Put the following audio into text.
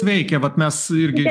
veikia vat mes irgi